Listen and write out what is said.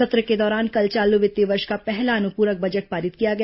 सत्र के दौरान कल चालू वित्तीय वर्ष का पहला अनुप्रक बजट पारित किया गया